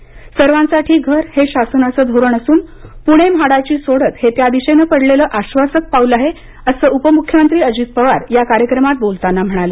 सर्वांसाठी घरं हे शासनाचं धोरण असून पृणे म्हाडाची सोडत हे त्या दिशेनं पडलेलं आश्वासक पाऊल आहे असं उपम्ख्यमंत्री अजित पवार या कार्यक्रमात बोलताना म्हणाले